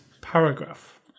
paragraph